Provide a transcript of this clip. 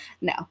No